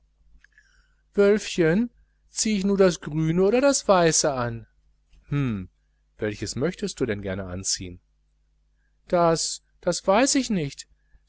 wölfchen zieh ich nu das grüne oder das weiße an hm welches möchtest du denn gerne anziehen das das weiß ich nicht